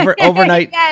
Overnight